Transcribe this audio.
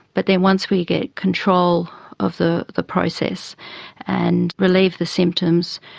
but then once we get control of the the process and relieve the symptoms,